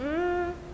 mm